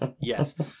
Yes